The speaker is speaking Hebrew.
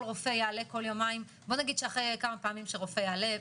רופא יעלה כל יומיים אחרי כמה פעמים שרופא יעלה,